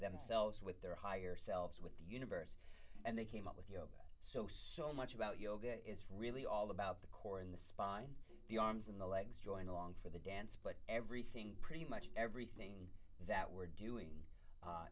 themselves with their higher selves with the universe and they came up with you so so much about yoga it's really all about the core in the spawn the arms and the legs join along for the dance but everything pretty much everything that we're doing